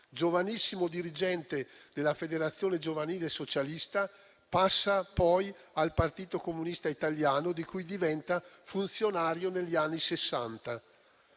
Giovanissimo dirigente della Federazione giovanile socialista, passa poi al Partito Comunista Italiano, di cui diventa funzionario negli anni Sessanta.